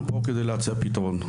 אנחנו פה כדי להציע פתרון.